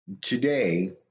Today